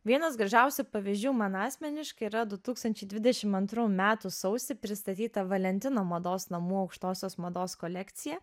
vienas gražiausių pavyzdžių man asmeniškai yra du tūkstančiai dvidešim antrų metų sausį pristatyta valentino mados namų aukštosios mados kolekcija